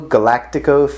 Galactico